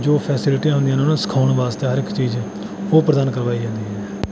ਜੋ ਫੈਸਿਲਿਟੀਆਂ ਹੁੰਦੀਆਂ ਨੇ ਉਹਨਾਂ ਨੂੰ ਸਿਖਾਉਣ ਵਾਸਤੇ ਹਰ ਇੱਕ ਚੀਜ਼ ਉਹ ਪ੍ਰਦਾਨ ਕਰਵਾਈਆਂ ਜਾਂਦੀਆਂ ਹੈ